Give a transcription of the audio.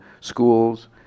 schools